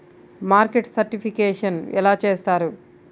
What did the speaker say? Market certification ఎలా చేస్తారు?